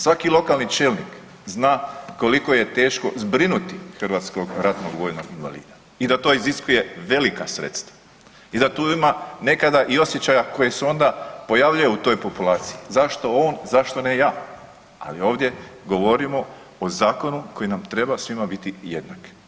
Svaki lokalni čelnik zna koliko je teško zbrinuti hrvatskog ratnog vojnog invalida i da to iziskuje velika sredstva i da tu ima nekada i osjećaja koji se onda pojavljuje u toj populaciji, zašto on, zašto ne ja, ali ovdje govorimo o zakonu koji nam svima treba biti jednak.